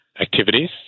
activities